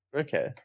Okay